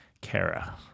Kara